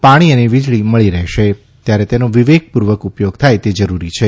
પાણી અને વીજળી મળી રહેશે ત્યારે તેનો વિવેકપૂર્વક ઉપયોગ થાય એ જરૂરી છે